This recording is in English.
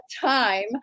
time